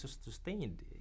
sustained